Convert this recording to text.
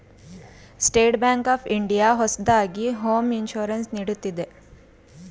state Bank of India ಹೊಸದಾಗಿ home insurance ನೀಡುತ್ತಿದೆ